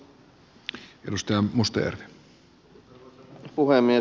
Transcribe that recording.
arvoisa puhemies